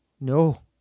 no